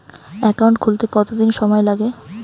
Account খুলতে কতদিন সময় লাগে?